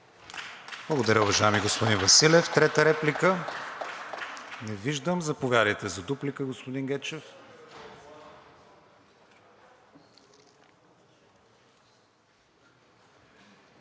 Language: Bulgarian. Благодаря, уважаеми господин Василев. Трета реплика? Не виждам. Заповядайте за дуплика, господин Гечев.